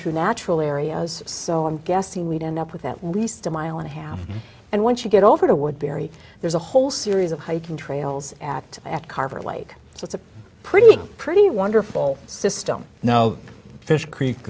through natural areas so i'm guessing we'd end up with at least a mile and a half and once you get over to woodbury there's a whole series of hiking trails at at carver like it's pretty pretty wonderful system now fish creek